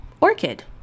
Orchid